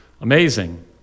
amazing